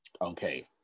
Okay